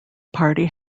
party